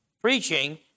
preaching